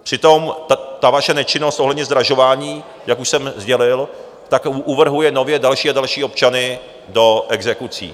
Přitom ta vaše nečinnost ohledně zdražování, jak už jsem sdělil, tak uvrhuje nově další a další občany do exekucí.